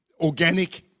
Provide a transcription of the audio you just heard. organic